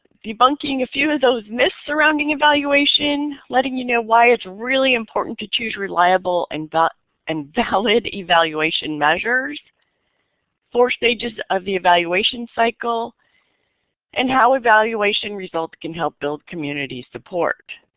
debunking a few of those myths around and evaluation letting you know why it's really important to choose reliable and but and valid evaluation measures four stages of the evaluation cycle and how evaluation results can help build community support.